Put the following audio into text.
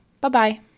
Bye-bye